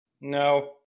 No